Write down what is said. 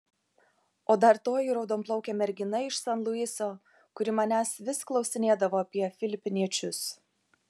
o dar toji raudonplaukė mergina iš san luiso kuri manęs vis klausinėdavo apie filipiniečius